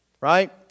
Right